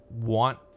want